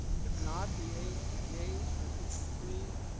if not the yays yays are fifty three,